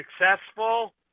successful